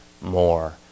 more